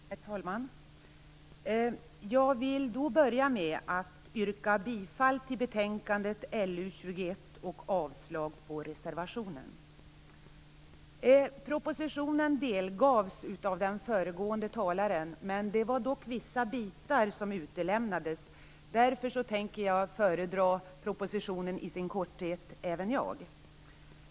Herr talman! Jag vill börja med att yrka bifall till utskottets hemställan i betänkande LU21 och avslag på reservationen. Föregående talare redogjorde för propositionen, men det var vissa bitar som utelämnades. Därför skall även jag kortfattat föredra propositionen.